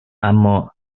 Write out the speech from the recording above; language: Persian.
اما